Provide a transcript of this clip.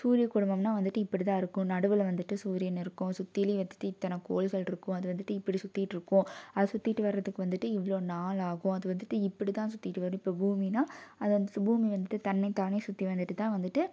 சூரியக்குடும்பம்னால் வந்துட்டு இப்படி தான் இருக்கும் நடுவில் வந்துட்டு சூரியன் இருக்கும் சுற்றிலையும் வந்துட்டு இத்தனை கோள்கள் இருக்கும் அது வந்துட்டு இப்படி சுற்றிக்கிட்டு இருக்கும் அதை சுற்றிட்டு வர்றதுக்கு வந்துட்டு இவ்வளோ நாள் ஆகும் அது வந்துட்டு இப்படி தான் சுற்றிட்டு வரும் இப்போது பூமினால் அதை வந்துட்டு பூமி வந்துட்டு தன்னை தானே சுற்றி வந்துட்டு தான் வந்துட்டு